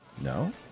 No